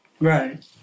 right